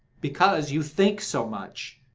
because you think so much.